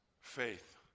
faith